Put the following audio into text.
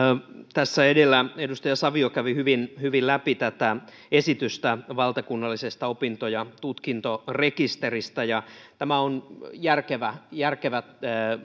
tässä edellä edustaja savio kävi hyvin hyvin läpi tätä esitystä valtakunnallisesta opinto ja tutkintorekisteristä tämä on järkevä järkevä